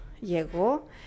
llegó